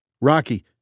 Rocky